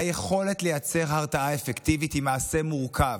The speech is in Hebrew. היכולת לייצר הרתעה אפקטיבית היא מעשה מורכב,